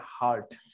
heart